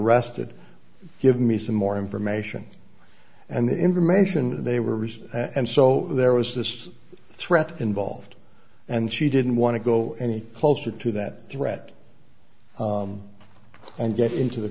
arrested give me some more information and the information they were received and so there was this threat involved and she didn't want to go any closer to that threat and get into the